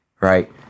right